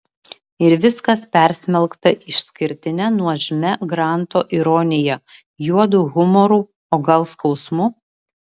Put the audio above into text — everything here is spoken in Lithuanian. ir viskas persmelkta išskirtine nuožmia granto ironija juodu humoru o gal skausmu